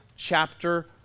chapter